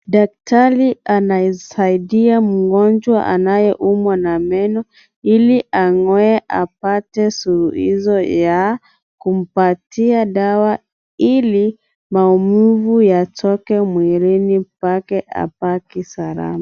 Daktari anasaidia mgonjwa anayeumwa na meno ili angoe apate suluhisho ya kumpatia dawa ili maumivu yatoke mwilini mwake abaki salama.